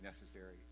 necessary